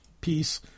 Peace